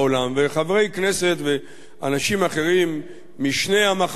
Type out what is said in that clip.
וחברי כנסת ואנשים אחרים משני המחנות.